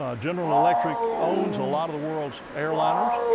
ah general electric owns a lot of the world's airliners,